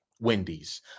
Wendy's